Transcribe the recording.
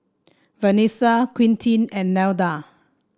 Vanesa Quintin and Nelda